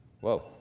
Whoa